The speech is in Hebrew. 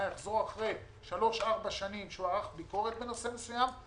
יחזור אחרי שלוש-ארבע שנים לגוף המבוקר,